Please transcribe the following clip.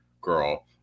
girl